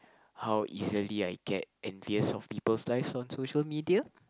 how easily I get envious of peoples' lives on social media